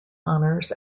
honors